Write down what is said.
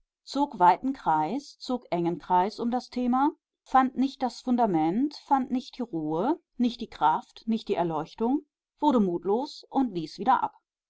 zog weiten kreis zog engen kreis um das thema fand nicht das fundament fand nicht die ruhe nicht die kraft nicht die erleuchtung wurde mutlos und ließ wieder ab